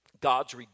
God's